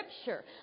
Scripture